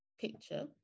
picture